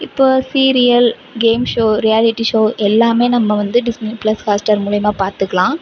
இப்போது serial game show reality show எல்லாம் நம்ம வந்து டிஸ்னி ப்ளஸ் ஹாட்ஸ்டார் மூலியமாக பார்த்துக்கலாம்